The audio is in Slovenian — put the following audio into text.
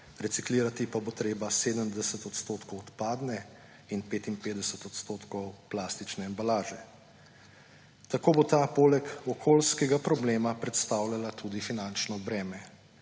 reciklirati pa bo treba 70 odstotkov odpadne in 55 odstotkov plastične embalaže. Tako bo ta poleg okoljskega problema predstavljala tudi finančno breme.